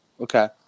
okay